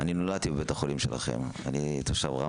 אני נולדתי בבית החולים שלכם, אני תושב רמלה.